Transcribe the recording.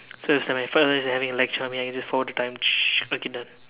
so it's like my father is having a lecture on me I can just forward the time okay done